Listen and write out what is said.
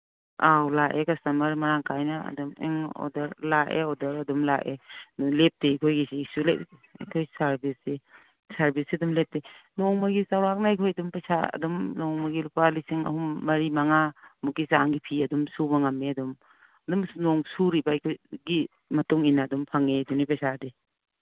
ꯑꯧ ꯂꯥꯛꯑꯦ ꯀꯁꯇꯃꯔ ꯃꯔꯥꯡ ꯀꯥꯏꯅ ꯑꯗꯨꯝ ꯎꯝ ꯑꯣꯔꯗꯔ ꯂꯥꯛꯑꯦ ꯑꯣꯔꯗꯔ ꯑꯗꯨꯝ ꯂꯥꯛꯑꯦ ꯂꯦꯞꯇꯦ ꯑꯩꯈꯣꯏꯒꯤꯁꯤ ꯁꯨꯡꯂꯦꯞ ꯂꯦꯞꯇꯦ ꯁꯥꯔꯚꯤꯁꯇꯤ ꯁꯥꯔꯚꯤꯁꯁꯤ ꯑꯗꯨꯝ ꯂꯦꯞꯇꯦ ꯅꯣꯡꯃꯒꯤ ꯆꯧꯔꯥꯛꯅ ꯑꯩꯈꯣꯏ ꯑꯗꯨꯝ ꯄꯩꯁꯥ ꯑꯗꯨꯝ ꯅꯣꯡꯃꯒꯤ ꯂꯨꯄꯥ ꯂꯤꯁꯤꯡ ꯑꯍꯨꯝ ꯃꯔꯤ ꯃꯉꯥꯃꯨꯛꯀꯤ ꯆꯥꯡꯒꯤ ꯐꯤ ꯑꯗꯨꯝ ꯁꯨꯕ ꯉꯝꯃꯤ ꯑꯗꯨꯝ ꯑꯗꯨꯝ ꯁꯨꯔꯤꯕ ꯑꯩꯈꯣꯏꯒꯤ ꯃꯇꯨꯡ ꯏꯟꯅ ꯑꯗꯨꯝ ꯐꯪꯉꯦꯗꯨꯅꯤ ꯄꯩꯁꯥꯗꯤ